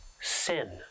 sin